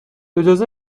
اجازه